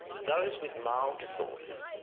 those with mild disorders,